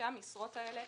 כשהמשרות האלה